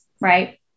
right